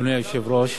אדוני היושב-ראש,